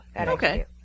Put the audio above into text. Okay